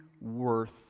worth